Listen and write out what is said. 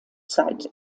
zeit